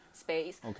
space